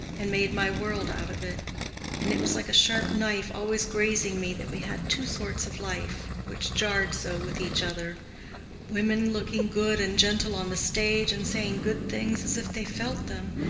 and made my world out of it and it was like a sharp knife always grazing me that we had two sorts of life which jarred so with each other women looking good and gentle on the stage, and saying good things as if they felt them,